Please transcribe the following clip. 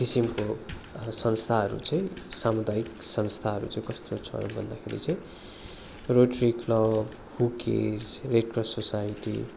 त्यो किसिमको संस्थाहरू चाहिँ सामुदायिक संस्थाहरू चाहिँ कस्तो छ भन्दाखेरि चाहिँ Rotary Club who cares Red Cross society